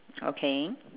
okay